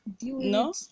no